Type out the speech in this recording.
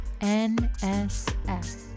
NSF